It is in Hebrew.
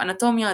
אנטומיה,